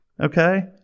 Okay